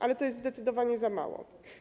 Ale to jest zdecydowanie za mało.